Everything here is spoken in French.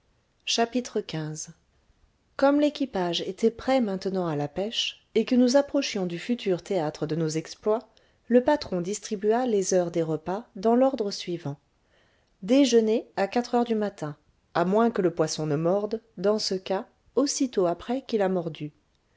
comme l'équipage était prêt maintenant à la pêche et que nous approchions du futur théâtre de nos exploits le patron distribua les heures des repas dans l'ordre suivant déjeuner à quatre heures du matin à